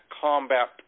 Combat